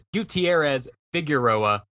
Gutierrez-Figueroa